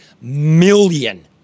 million